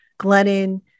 Glennon